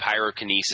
Pyrokinesis